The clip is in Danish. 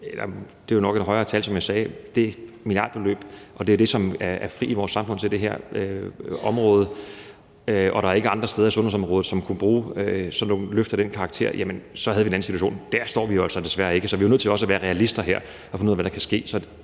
jeg sagde, nok et højere tal end 8 mia. kr. – og at det er det, som er frit i vores samfund til det her område, og at der ikke er andre steder på sundhedsområdet, som kunne bruge et løft af den karakter, jamen så havde vi en anden situation. Der står vi jo altså desværre ikke, så vi er nødt til også at være realister her og finde ud af, hvad der kan ske.